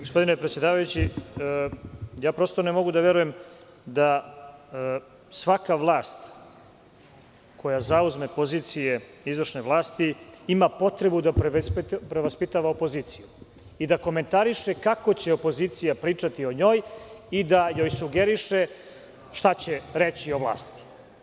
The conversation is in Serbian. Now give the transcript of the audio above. Gospodine predsedavajući, prosto ne mogu da verujem da svaka vlast koja zauzme pozicije izvršne vlasti ima potrebu da prevaspitava opoziciju i da komentariše kako će opozicija pričati o njoj i da joj sugeriše šta će reći o vlasti.